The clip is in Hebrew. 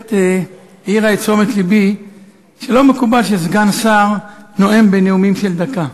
הכנסת העירה את תשומת לבי לכך שלא מקובל שסגן שר נואם בנאומים של דקה,